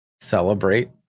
celebrate